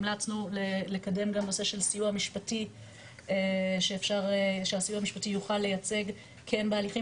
המלצנו לקדם גם נושא של סיוע משפטי שיוכל לייצג כן בהליכים